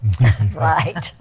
Right